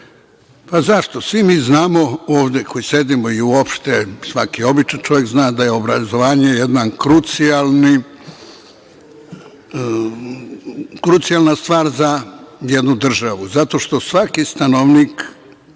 Zašto? Svi mi znamo ovde koji sedimo i uopšte, svaki običan čovek zna da je obrazovanje jedna krucijalna stvar za jednu državu, zato što svaki stanovnik,